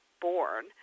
born